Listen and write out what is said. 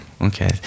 Okay